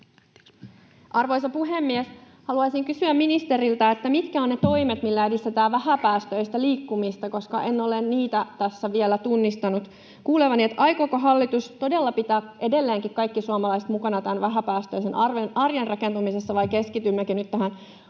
Arvoisa puhemies! Haluaisin kysyä ministeriltä, mitkä ovat ne toimet, millä edistetään vähäpäästöistä liikkumista, koska en ole niitä tässä vielä tunnistanut kuulevani. Aikooko hallitus todella pitää edelleenkin kaikki suomalaiset mukana tämän vähäpäästöisen arjen rakentamisessa, vai keskitymmekö nyt tähän pumppuhinnan